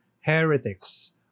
heretics